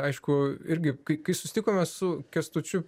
aišku irgi kai kai susitikome su kęstučiu